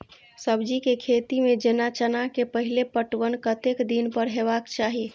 सब्जी के खेती में जेना चना के पहिले पटवन कतेक दिन पर हेबाक चाही?